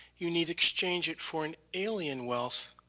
you need exchange it for an alien wealth,